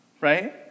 right